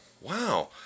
wow